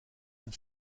and